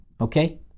okay